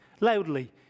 loudly